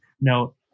no